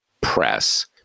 press